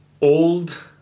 old